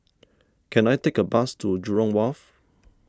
can I take a bus to Jurong Wharf